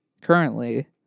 currently